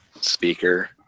speaker